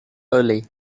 early